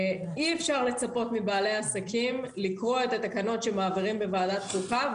אי-אפשר לצפות מבעלי העסקים לקרוא את התקנות שמעבירים בוועדת החוקה,